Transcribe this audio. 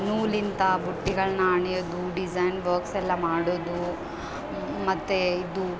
ನೂಲಿಂದ ಬುಟ್ಟಿಗಳನ್ನ ಹೆಣ್ಯೋದು design box ಎಲ್ಲ ಮಾಡೋದು ಮತ್ತು ಇದು